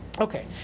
Okay